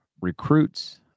recruits